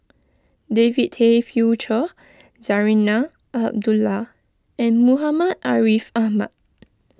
David Tay Poey Cher Zarinah Abdullah and Muhammad Ariff Ahmad